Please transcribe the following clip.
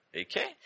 Okay